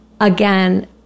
again